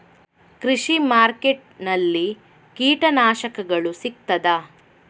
ಕೃಷಿಮಾರ್ಕೆಟ್ ನಲ್ಲಿ ಕೀಟನಾಶಕಗಳು ಸಿಗ್ತದಾ?